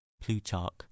plutarch